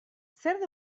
zer